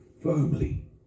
Firmly